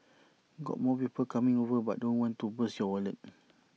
got more people coming over but don't want to bust your wallet